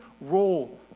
role